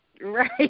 Right